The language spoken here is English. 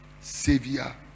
savior